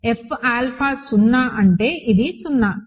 F alpha 0 అంటే ఇది 0